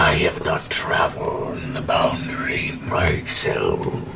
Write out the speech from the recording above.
i have not traveled and the boundary so